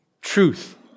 truth